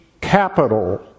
capital